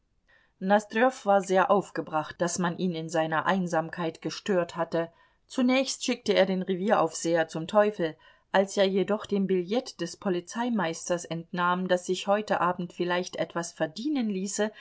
war sehr aufgebracht daß man ihn in seiner einsamkeit gestört hatte zunächst schickte er den revieraufseher zum teufel als er jedoch dem billett des polizeimeisters entnahm daß sich heute abend vielleicht etwas verdienen ließe